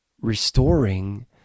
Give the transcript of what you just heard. restoring